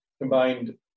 combined